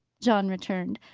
john returned.